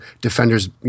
defenders